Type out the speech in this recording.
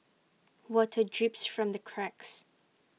water drips from the cracks